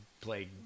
play